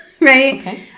right